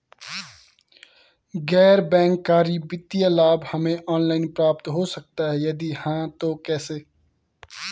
गैर बैंक करी वित्तीय लाभ हमें ऑनलाइन प्राप्त हो सकता है यदि हाँ तो कैसे?